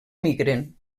migren